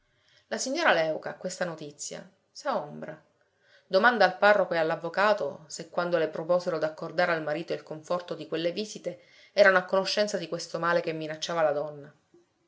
la signora léuca a questa notizia s'aombra domanda al parroco e all'avvocato se quando le proposero d'accordare al marito il conforto di quelle visite erano a conoscenza di questo male che minacciava la donna